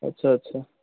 ଆଚ୍ଛା ଆଚ୍ଛା